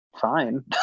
fine